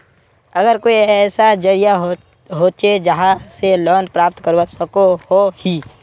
आर कोई ऐसा जरिया होचे जहा से लोन प्राप्त करवा सकोहो ही?